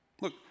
Look